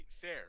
fair